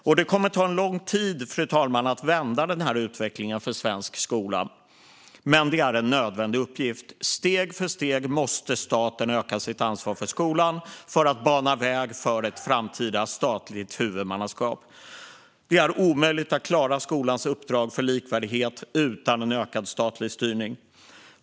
Och det kommer att ta lång tid att vända utvecklingen för svensk skola, men det är en nödvändig uppgift. Steg för steg måste staten öka sitt ansvar för skolan, för att bana väg för ett framtida statligt huvudmannaskap. Det är omöjligt att klara skolans uppdrag för likvärdighet utan en ökad statlig styrning.